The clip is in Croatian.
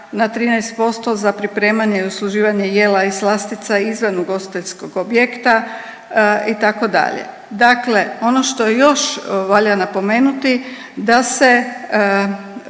na 13% za pripremanje i usluživanje jela i slastica izvan ugostiteljskog objekta, itd. Dakle, ono što je još valja napomenuti, da se